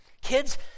Kids